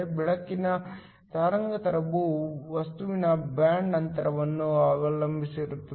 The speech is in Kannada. ಬೆಳಕಿನ ತರಂಗಾಂತರವು ವಸ್ತುವಿನ ಬ್ಯಾಂಡ್ ಅಂತರವನ್ನು ಅವಲಂಬಿಸಿರುತ್ತದೆ